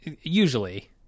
Usually